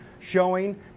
showing